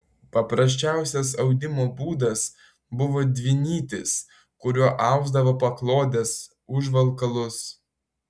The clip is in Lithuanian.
paprasčiausias audimo būdas buvo dvinytis kuriuo ausdavo paklodes užvalkalus